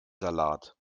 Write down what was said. salat